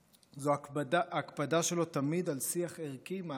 הקפדה שלו תמיד על שיח ערכי מעמיק ובהיר.